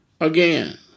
Again